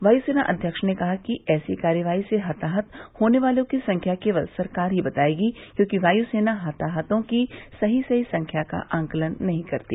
वायुसेना अध्यक्ष ने कहा कि ऐसी कार्रवाई से हताहत होने वालों की संख्या केवल सरकार ही बताएगी क्योंकि वायुसेना हताहतों की सही सही संख्या का आंकलन नहीं करती